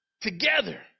together